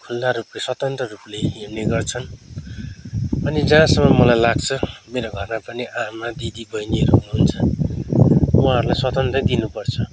खुल्ला रूपले स्वतन्त्र रूपले हिँड्ने गर्छन् अनि जहाँसम्म मलाई लाग्छ मेरो घरमा पनि आमा दिदी बहिनीहरू हुनुहुन्छ उहाँहरूलाई स्वतन्त्रै दिनुपर्छ